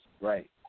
Right